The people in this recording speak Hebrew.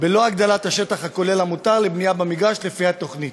בלא הגדלת השטח הכולל המותר לבנייה במגרש לפי התוכנית.